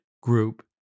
group